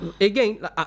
again